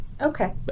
Okay